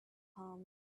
palms